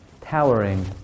towering